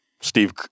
Steve